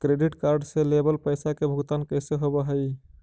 Credit card से लेवल पैसा के भुगतान कैसे होव हइ?